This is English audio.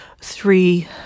three